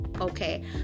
okay